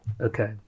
Okay